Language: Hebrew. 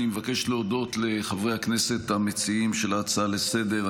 אני מבקש להודות לחברי הכנסת המציעים של ההצעה לסדר-היום.